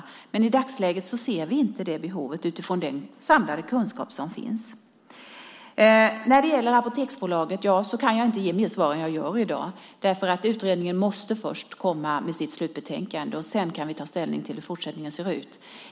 Men i dagsläget ser vi inte det behovet utifrån den samlade kunskap som finns. När det gäller Apoteksbolaget kan jag inte ge mer svar än jag gör i dag. Utredningen måste först komma med sitt slutbetänkande. Sedan kan vi ta ställning till hur fortsättningen ska se ut.